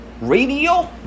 radio